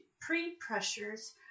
pre-pressures